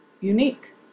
unique